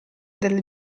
della